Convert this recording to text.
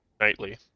nightly